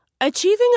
Achieving